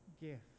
gift